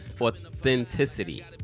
Authenticity